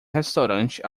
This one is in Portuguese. restaurante